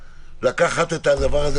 לקחת את הדבר הזה,